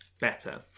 better